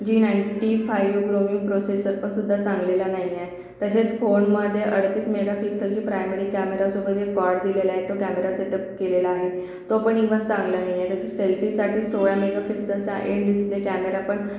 जी ninety five प्रोवी प्रोसेसरपंसुद्धा चांगलेला नाही आहे तसेच फोणमध्ये अडतीस मेगाफिक्सेलची प्रायमरी कॅमेरासोबत जे कॉड दिलेला आहे तो कॅमेरा सेटअप केलेला आहे तो पण इवन चांगलं नाही आहे जशी सेल्फीसाठी सोळा मेगाफिक्सेलचा एट डिस्प्ले कॅमेरा पण